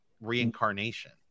reincarnation